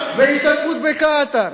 והשתתפות בקטאר,